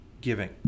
giving